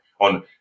on